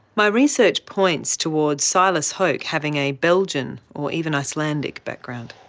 my research points towards silas hoke having a belgian or even icelandic background.